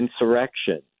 insurrection